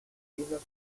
islas